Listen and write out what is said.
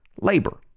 labor